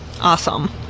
Awesome